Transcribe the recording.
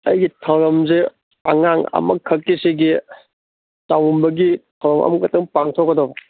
ꯑꯩꯒꯤ ꯊꯧꯔꯝꯁꯦ ꯑꯉꯥꯡ ꯑꯃꯈꯛꯀꯤ ꯁꯤꯒꯤ ꯆꯥꯛꯎꯝꯕꯒꯤ ꯊꯧꯔꯝ ꯑꯃꯈꯇꯪ ꯄꯥꯛꯊꯣꯛꯀꯗꯕ